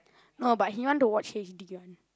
no but he want to watch h_d one